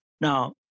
Now